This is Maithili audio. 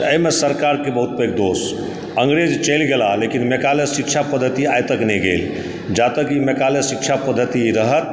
तऽ अहिमे सरकारके बहुत पैघ दोष छै अंग्रेज चलि गेलाह लेकिन मैकाले शिक्षा पद्धति आइ तक नहि गेल जावैत तक ई मैकाले शिक्षा पद्धति रहत